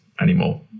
anymore